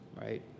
right